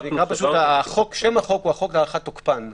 של החוק הוא "החוק להארכת תוקפן של".